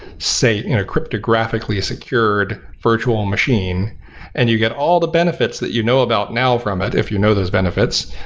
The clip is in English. say, in a cryptographically secured virtual machine and you get all the benefits that you know about now from it if you know those benefits,